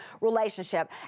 relationship